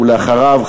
ואחריו,